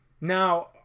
Now